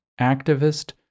activist